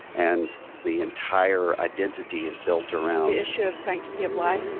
and the entire identity is built around. the issue of sanctity of life.